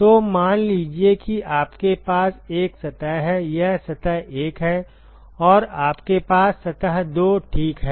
तो मान लीजिए कि आपके पास एक सतह है यह सतह 1 है और आपके पास सतह 2 ठीक है